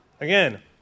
Again